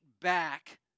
back